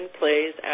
plays